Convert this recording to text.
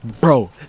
bro